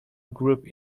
group